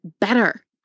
better